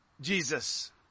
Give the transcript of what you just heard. Jesus